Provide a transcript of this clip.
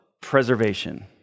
preservation